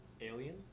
Alien